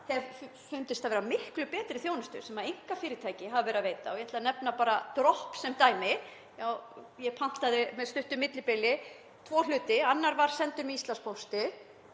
finnst það vera miklu betri þjónusta sem einkafyrirtæki hafa verið að veita og ég ætla að nefna bara Dropp sem dæmi. Ég pantaði með stuttu millibili tvo hluti. Annar var sendur með Íslandspósti.